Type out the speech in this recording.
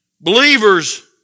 Believers